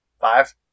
Five